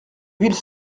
ville